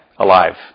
Alive